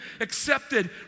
accepted